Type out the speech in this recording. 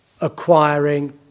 acquiring